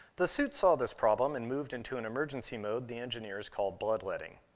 the suit saw this problem and moved into an emergency mode the engineers called bloodletting.